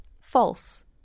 false